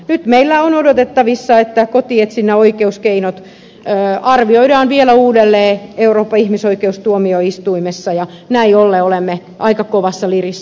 nyt meillä on odotettavissa että kotietsinnän oikeuskeinot arvioidaan vielä uudelleen euroopan ihmisoikeustuomioistuimessa ja näin ollen olemme aika kovassa lirissä